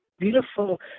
Beautiful